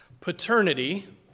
paternity